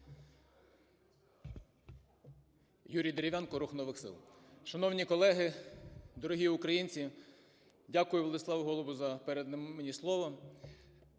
Юрій Дерев'янко, "Рух нових сил". Шановні колеги, дорогі українці! Дякую Владиславу Голубу за передане мені слово.